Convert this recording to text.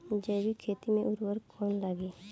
जैविक खेती मे उर्वरक कौन लागी?